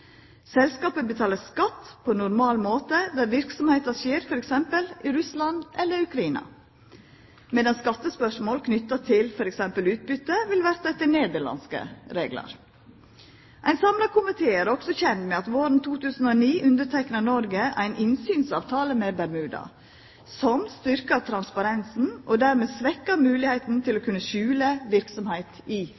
Selskapet betaler skatt på normal måte der verksemda skjer, f.eks. i Russland eller i Ukraina, medan skattespørsmål knytte til f.eks. utbytte vil verta etter nederlandske reglar. Ein samla komité er også kjend med at Noreg våren 2009 underteikna ein innsynsavtale med Bermuda som styrkjer transparensen og dermed svekkjer moglegheita til å